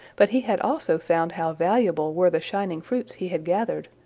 but he had also found how valuable were the shining fruits he had gathered,